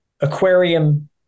aquarium